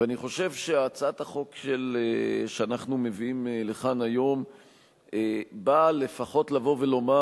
ואני חושב שהצעת החוק שאנחנו מביאים לכאן היום באה לפחות לבוא ולומר: